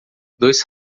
dois